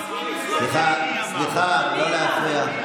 סליחה, לא להפריע.